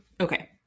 okay